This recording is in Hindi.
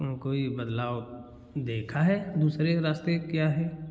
कोई बदलाव देखा है दूसरे रास्ते क्या है